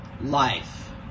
life